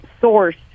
source